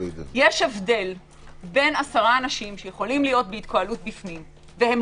יש הבדל בין עשרה אנשים שיכולים להיות בהתקהלות בפנים והם